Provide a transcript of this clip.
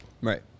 Right